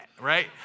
right